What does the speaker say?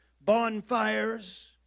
bonfires